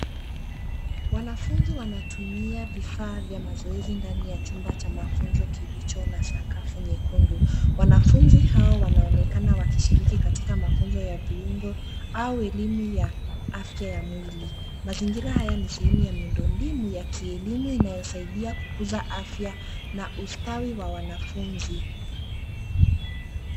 Wanafunzi wanatumia vifaa vya mazoezi ndani ya chumba cha mafunzo kilicho na sakafu nyekundu. Wanafunzi hao wanaonekana wakishiriki katika mafunzo ya viungo au elimu ya afya ya mwili. Mzingira haya ni sehemu ya miundo mbinu ya kielimu inayosaidia kukuza afya na ustawi wa wanafunzi.